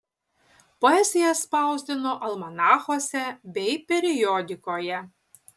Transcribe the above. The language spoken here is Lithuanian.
poeziją spausdino almanachuose bei periodikoje